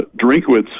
Drinkwitz